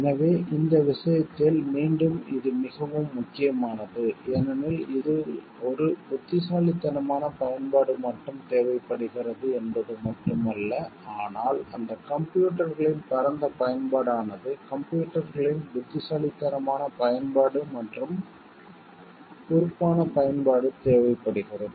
எனவே இந்த விஷயத்தில் மீண்டும் இது மிகவும் முக்கியமானது ஏனெனில் இதில் ஒரு புத்திசாலித்தனமான பயன்பாடு மட்டும் தேவைப்படுகிறது என்பது மட்டும் அல்ல ஆனால் அந்த கம்ப்யூட்டர்களின் பரந்த பயன்பாடானது கம்ப்யூட்டர்களின் புத்திசாலித்தனமான பயன்பாடு மற்றும் பொறுப்பான பயன்பாடு தேவைப்படுகிறது